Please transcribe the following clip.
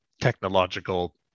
technological